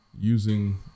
using